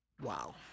Wow